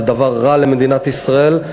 זה דבר רע למדינת ישראל.